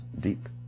deep